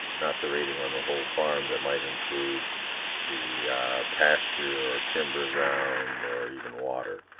not the rating on the whole farm that might include the pasture, or timber ground, or even water.